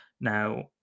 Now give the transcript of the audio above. now